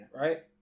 right